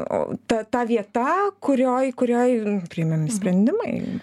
o ta ta vieta kurioj kurioj priimami sprendimai